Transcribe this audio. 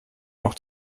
noch